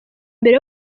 mbere